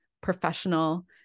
professional